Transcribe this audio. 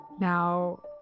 now